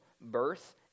birth